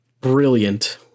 Brilliant